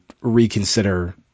reconsider